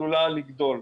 עלולה לגדול.